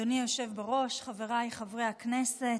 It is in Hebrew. אדוני היושב-ראש, חבריי חברי הכנסת,